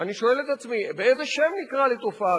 אני שואל את עצמי: באיזה שם נקרא לתופעה כזאת?